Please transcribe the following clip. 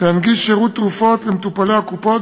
להנגיש שירות תרופות למטופלי הקופות